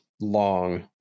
long